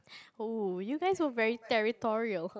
oh you guys were very territorial